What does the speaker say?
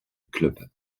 clube